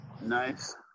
Nice